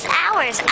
hours